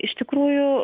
iš tikrųjų